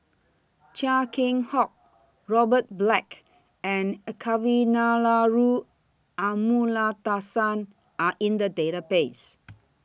Chia Keng Hock Robert Black and Kavignareru Amallathasan Are in The Database